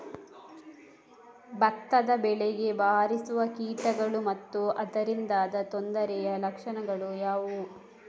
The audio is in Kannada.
ಭತ್ತದ ಬೆಳೆಗೆ ಬಾರಿಸುವ ಕೀಟಗಳು ಮತ್ತು ಅದರಿಂದಾದ ತೊಂದರೆಯ ಲಕ್ಷಣಗಳು ಯಾವುವು?